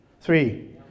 three